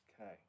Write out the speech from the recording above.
Okay